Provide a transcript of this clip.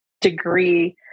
degree